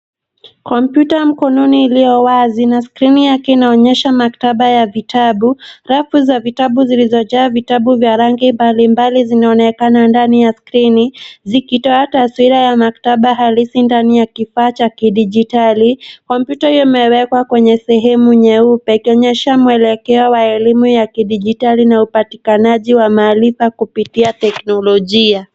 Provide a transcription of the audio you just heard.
Kompyuta mkononi iliyo wazi na skrini yake inaonyesha maktaba ya vitabu. Rafu za vitabu zilizojaa vitabu vya rangi mbalimbali zinaonekana ndani ya skrini zikitoa taswira ya maktaba halisi ndani ya kifaa cha kidijitali. Kompyuta hiyo imewekwa kwenye sehemu nyeupe, ikionyesha mwelekeo wa elimu ya kidijitali na upatikanaji wa maarifa kupitia teknolojia.